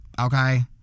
okay